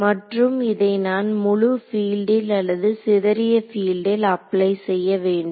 மற்றும் இதை நான் முழு பீல்டில் அல்லது சிதறிய பீல்டில் அப்ளை செய்ய வேண்டுமா